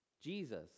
Jesus